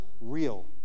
real